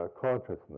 consciousness